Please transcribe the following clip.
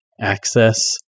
access